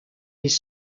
les